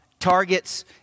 Targets